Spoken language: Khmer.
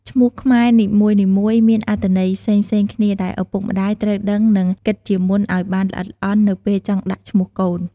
ឈ្មោះខ្មែរនីមួយៗមានអត្ថន័យផ្សេងៗគ្នាដែលឪពុកម្តាយត្រូវដឹងនិងគិតជាមុនអោយបានល្អិតល្អន់ នៅពេលចង់ដាក់ឈ្មោះកូន។